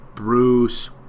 Bruce